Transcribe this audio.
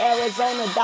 Arizona